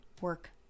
work